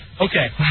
Okay